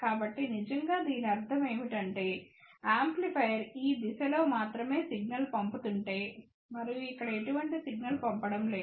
కాబట్టి నిజంగా దీని అర్థం ఏమిటంటే యాంప్లిఫైయర్ ఈ దిశలో మాత్రమే సిగ్నల్ పంపుతుంటే మరియు ఇక్కడ ఎటువంటి సిగ్నల్ పంపడం లేదు